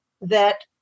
that-